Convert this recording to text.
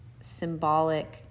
symbolic